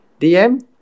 DM